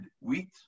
wheat